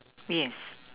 yes